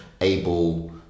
able